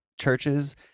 churches